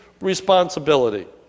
responsibility